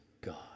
God